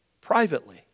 privately